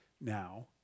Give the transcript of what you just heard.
Now